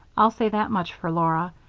i'll say that much for laura.